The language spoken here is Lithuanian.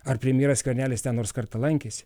ar premjeras skvernelis ten nors kartą lankėsi